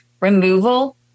removal